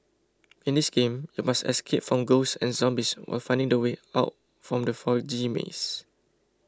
in this game you must escape from ghosts and zombies while finding the way out from the foggy maze